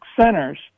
centers